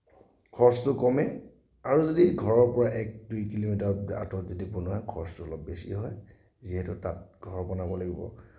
খৰচটো কমে আৰু যদি ঘৰৰ পৰা এক দুই কিলোমিটাৰ আঁতৰত যদি বনোৱা হয় খৰচটো অলপ বেছি হয় যিহেতু তাত ঘৰ বনাব লাগিব